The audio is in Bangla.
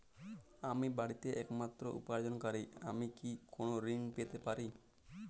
আমি বাড়িতে একমাত্র উপার্জনকারী আমি কি কোনো ঋণ পেতে পারি?